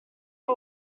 all